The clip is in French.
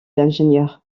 l’ingénieur